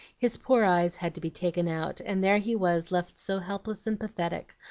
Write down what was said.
his poor eyes had to be taken out, and there he was left so helpless and pathetic,